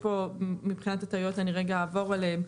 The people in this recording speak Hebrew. מבחינת הטעויות אני רגע אעבור עליהן.